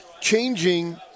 changing